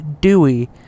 DEWEY